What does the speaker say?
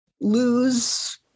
lose